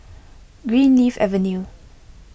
Greenleaf Avenue